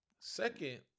Second